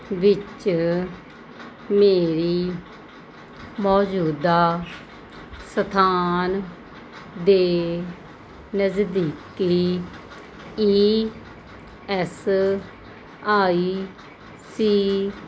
ਵਿੱਚ ਮੇਰੀ ਮੌਜੂਦਾ ਸਥਾਨ ਦੇ ਨਜ਼ਦੀਕੀ ਈ ਐਸ ਆਈ ਸੀ